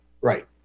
Right